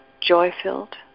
joy-filled